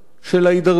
של ההידרדרות,